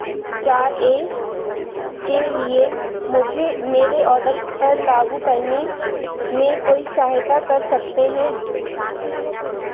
चार ए के लिए मुझे मेरे औडर पर लागू करने में कोई सहायता कर सकते हैं